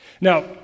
Now